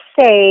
say